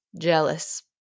jealous